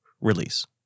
release